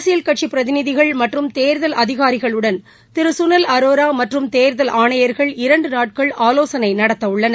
அரசியல் கட்சி பிரதிநிதிகள் மற்றும் தேர்தல் அதிகாரிகளுடன் திரு சுனில் அரோரா மற்றும் தேர்தல் ஆணையர்கள் இரண்டு நாட்கள் ஆலோசனை நடத்தவுள்ளனர்